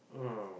um